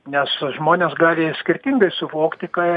nes žmonės gali skirtingai suvokti ką